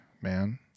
man